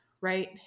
right